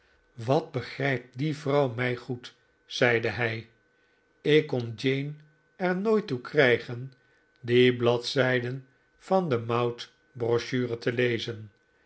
wat begrijpt die vrouw mij goed zeide hij ik kon jane er nooit toe krijgen die bladzijden van de moutbrochure te lezen